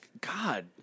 God